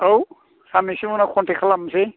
औ साननैसो उनाव कन्टेक्ट खालामनोसै